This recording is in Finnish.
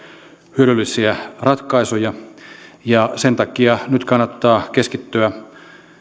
hyödyllisiä ratkaisuja ja sen takia nyt kannattaa keskittyä